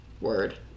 word